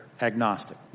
agnostic